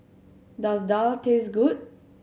does daal taste good